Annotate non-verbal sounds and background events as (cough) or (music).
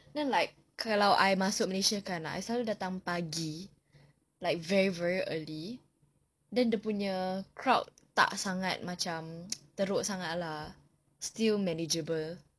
then like kalau I masuk malaysia kan I selalu datang pagi like very very early then dia punya crowd tak sangat macam (noise) teruk sangat lah still manageable